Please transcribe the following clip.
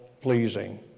pleasing